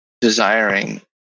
desiring